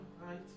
right